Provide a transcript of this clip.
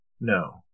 no